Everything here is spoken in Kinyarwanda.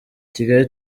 kigali